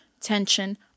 tension